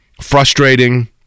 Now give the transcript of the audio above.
frustrating